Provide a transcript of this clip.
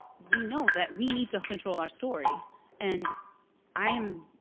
we know that we need to control our story and i am